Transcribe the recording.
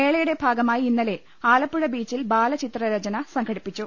മേളയുടെ ഭാഗമായി ഇന്നലെ ആലപ്പുഴ ബീച്ചിൽ ബാലചിത്ര രചന സംഘടിപ്പിച്ചു